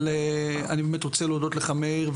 אבל אני באמת רוצה להודות לך מאיר,